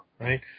right